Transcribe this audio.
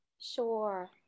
Sure